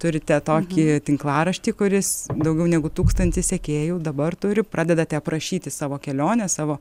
turite tokį tinklaraštį kuris daugiau negu tūkstantį sekėjų dabar turi pradedate aprašyti savo kelionę savo